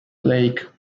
lake